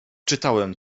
czytałem